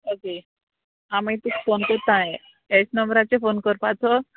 okay हांव मागीर तुका फोन कोत्ता हेच नंबराचेर फोन करपाचो